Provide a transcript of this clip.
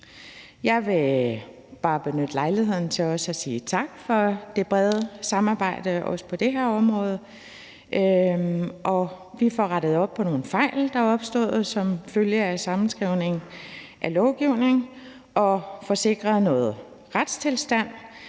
Jeg vil bare benytte lejligheden til også at sige tak for det brede samarbejde på det her område. Vi får rettet op på nogle fejl, der er opstået som følge af sammenskrivning af lovgivning, og vi får sikret noget retstilstand.